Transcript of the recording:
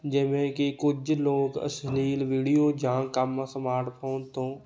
ਜਿਵੇਂ ਕਿ ਕੁਝ ਲੋਕ ਅਸ਼ਲੀਲ ਵੀਡੀਓ ਜਾਂ ਕੰਮ ਸਮਾਰਟਫੋਨ ਤੋਂ